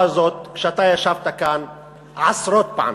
בגין מציע 70 מלקות,